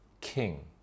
king